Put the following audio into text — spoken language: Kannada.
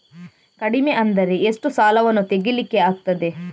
ಕಡಿಮೆ ಅಂದರೆ ಎಷ್ಟು ಸಾಲವನ್ನು ತೆಗಿಲಿಕ್ಕೆ ಆಗ್ತದೆ?